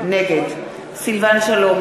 נגד סילבן שלום,